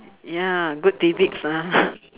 ya good tidbits ah